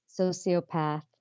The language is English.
sociopath